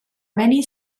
many